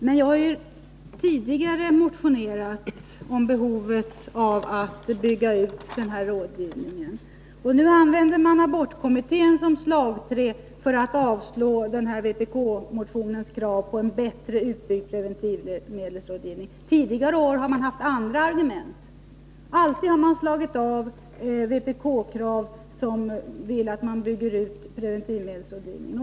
Men jag har tidigare motionerat om behovet av att bygga ut preventivmedelsrådgivningen, och nu använder man abortkommittén som slagträ för att avslå vpk-motionens krav om en sådan utbyggnad. Tidigare år har man haft andra argument. Alltid har man avslagit vpk:s krav på att man skall bygga ut preventivmedelsrådgivningen.